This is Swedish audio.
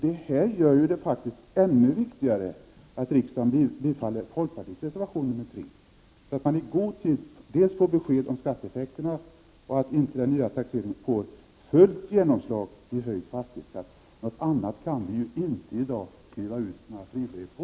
Detta gör att det är ännu viktigare att riksdagen bifaller folkpartiets reservation 3 för att man i god tid skall få besked om effekterna och för att den nya taxeringen inte skall få fullt genomslag i höjd fastighetsskatt. Något annat kan vi i dag inte dela ut några fribrev på.